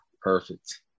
perfect